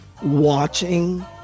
Watching